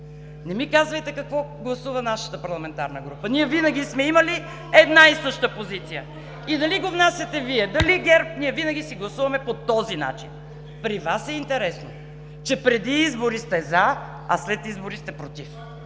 не ми казвайте какво гласува нашата парламентарна група. Ние винаги сме имали една и съща позиция. И дали го внасяте Вие или ГЕРБ, ние винаги си гласуваме по този начин. При Вас е интересно – че преди избори сте „за“, а след избори сте „против“.